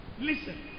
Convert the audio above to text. listen